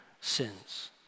sins